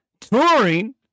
touring